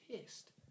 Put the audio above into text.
pissed